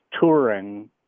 touring